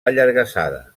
allargassada